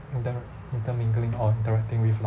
inter~ intermingling or interacting with la